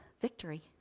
victory